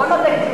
בוא נודה,